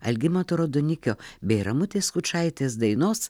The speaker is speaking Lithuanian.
algimanto raudonikio bei ramutės skučaitės dainos